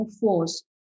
force